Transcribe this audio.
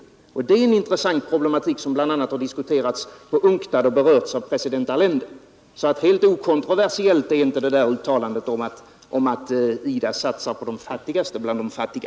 Det är en intressant problematik som bl.a. har diskuterats inom UNCTAD och även berörts av Chiles president Allende. Helt okontroversiellt är alltså inte uttalandet om att IDA satsar på de fattigaste länderna bland de fattiga.